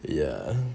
ya